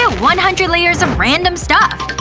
ah one hundred layers of random stuff?